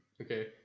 Okay